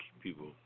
people